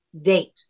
date